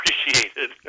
appreciated